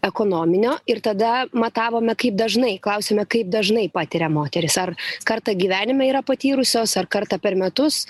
ekonominio ir tada matavome kaip dažnai klausiame kaip dažnai patiria moteris ar kartą gyvenime yra patyrusios ar kartą per metus